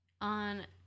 on